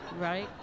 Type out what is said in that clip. Right